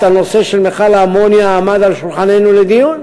נושא מכל האמוניה עמד על שולחננו לדיון.